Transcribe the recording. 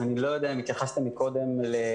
אז אני לא יודע אם התייחסתם קודם לכל